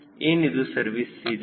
ಏನಿದು service ceiling